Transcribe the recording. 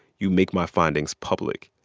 you make my findings public.